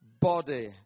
body